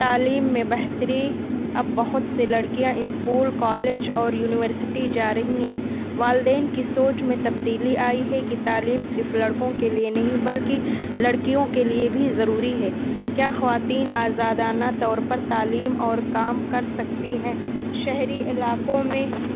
تعلیم میں بہتری اب بہت سے لڑکیاں اسکول کالج اور یونیورسٹی جا رہی ہیں والدین کی سوچ میں تبدیلی آئی ہے کہ تعلیم صرف لڑکوں کے لیے نہیں بلکہ لڑکیوں کے لیے بھی ضروری ہے کیا خواتین آزادانہ طور پر تعلیم اور کام کر سکتی ہیں شہری علاقوں میں